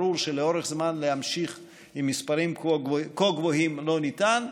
ברור שלאורך זמן להמשיך עם מספרים כה גבוהים לא ניתן.